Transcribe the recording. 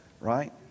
right